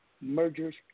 mergers